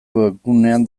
webgunean